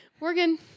Morgan